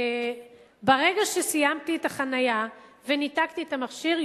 שברגע שסיימתי את החנייה וניתקתי את המכשיר,